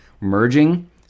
merging